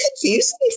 confusing